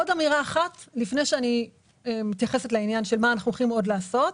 עוד אמירה אחת לפני שאני מתייחסת למה אנחנו הולכים עוד לעשות.